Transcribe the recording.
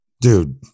Dude